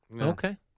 Okay